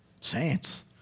saints